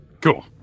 Cool